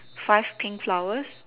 five pink flowers